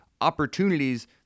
opportunities